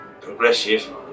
progressive